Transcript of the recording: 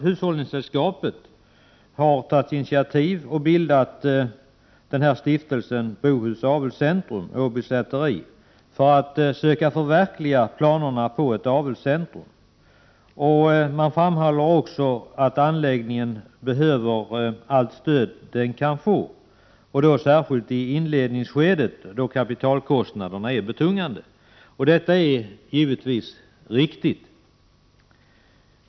Hushållningssällskapet har nu tagit initiativ och bildat Stiftelsen Bohus Avelscentrum-Åby Säteri, för att försöka förverkliga planerna på ett avelscentrum. Man framhåller också att anläggningen behöver allt stöd den kan få, särskilt i inledningsskedet då kapitalkostnaderna är betungande. Detta är givetvis riktigt.